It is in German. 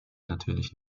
natürlich